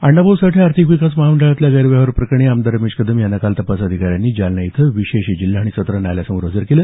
अण्णाभाऊ साठे आर्थिक विकास महामंडळातील गैरव्यवहार प्रकरणी आमदार रमेश कदम यांना काल तपास अधिकाऱ्यांनी जालना इथं विशेष जिल्हा आणि सत्र न्यायालयासमोर हजर केलं